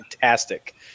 fantastic